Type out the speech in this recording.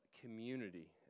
community